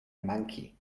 monkey